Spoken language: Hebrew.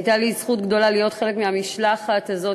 הייתה לי זכות גדולה להיות חלק מהמשלחת הזאת,